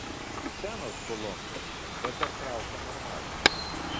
senos kolonkės bet dar traukia normaliai